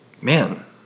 Man